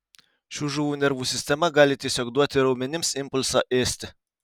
šių žuvų nervų sistema gali tiesiog duoti raumenims impulsą ėsti